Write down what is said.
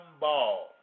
ball